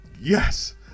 Yes